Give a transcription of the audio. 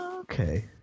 Okay